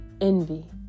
envy